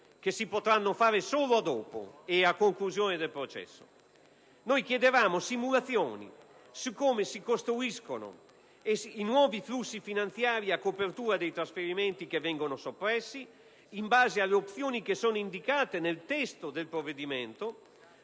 che si potranno fare solo dopo e a conclusione del processo; noi chiedevamo simulazioni su come si costruiscono i nuovi flussi finanziari a copertura dei trasferimenti che vengono soppressi in base alle opzioni indicate nel testo del provvedimento,